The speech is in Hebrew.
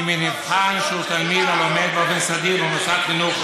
כי מנבחן שהוא תלמיד הלומד באופן סדיר במוסד חינוך,